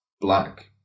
black